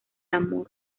amor